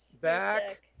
Back